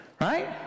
Right